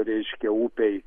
reiškia upei